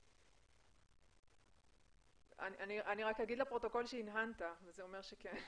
כן, התשובה חיובית.